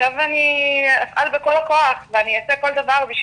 עכשיו אני אפעל בכל הכוח ואני אעשה כל דבר,